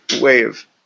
wave